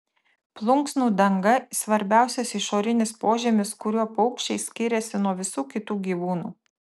plunksnų danga svarbiausias išorinis požymis kuriuo paukščiai skiriasi nuo visų kitų gyvūnų